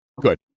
Good